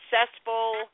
successful